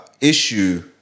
issue